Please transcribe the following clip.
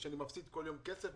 אני מפסיד בכל יום כסף,